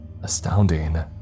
Astounding